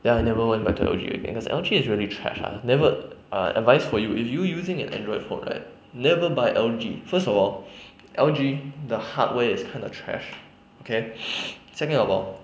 then I never went back to L_G again because L_G is really trash ah never err advice for you if you using an android phone right never buy L_G first of all L_G the hardware is kind of trash okay second of all